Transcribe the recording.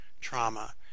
trauma